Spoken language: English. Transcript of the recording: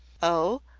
oh,